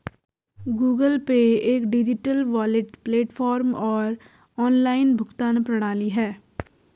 Google Pay एक digital wallet platform और online भुगतान प्रणाली है